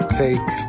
fake